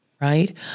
Right